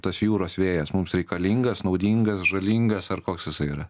tas jūros vėjas mums reikalingas naudingas žalingas ar koks jisai yra